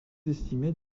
estimés